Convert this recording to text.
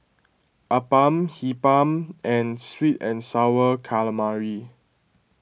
Appam Hee Pan and Sweet and Sour Calamari